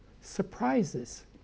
surprises